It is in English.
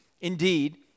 Indeed